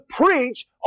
preach